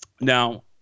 Now